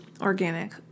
organic